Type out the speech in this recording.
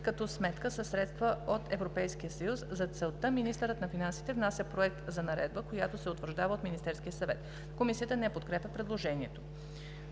като сметка със средства от Европейския съюз. За целта министърът на финансите внася проект за наредба, която се утвърждава от Министерския съвет.“ Комисията не подкрепя предложението.